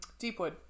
Deepwood